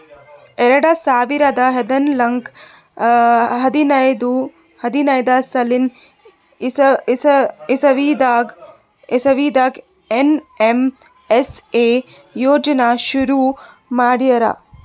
ಎರಡ ಸಾವಿರದ್ ಹದ್ನಾಲ್ಕ್ ಹದಿನೈದ್ ಸಾಲಿನ್ ಇಸವಿದಾಗ್ ಏನ್.ಎಮ್.ಎಸ್.ಎ ಯೋಜನಾ ಶುರು ಮಾಡ್ಯಾರ್